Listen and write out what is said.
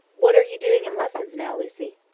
what are you doing in lessons now, lucy?